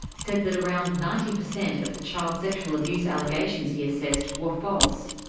said that around ninety percent of the child sexual abuse allegations he assessed were false.